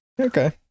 Okay